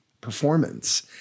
performance